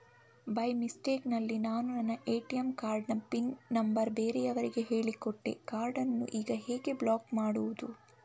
By mistake ನಲ್ಲಿ ನಾನು ನನ್ನ ಎ.ಟಿ.ಎಂ ಕಾರ್ಡ್ ನ ಪಿನ್ ನಂಬರ್ ಬೇರೆಯವರಿಗೆ ಹೇಳಿಕೊಟ್ಟೆ ಕಾರ್ಡನ್ನು ಈಗ ಹೇಗೆ ಬ್ಲಾಕ್ ಮಾಡುವುದು?